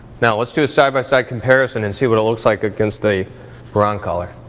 now let's do a side by side comparison and see what it looks like against the broncolor.